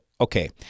okay